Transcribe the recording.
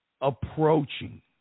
approaching